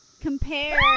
compare